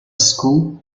school